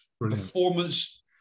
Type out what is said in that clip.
performance